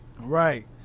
Right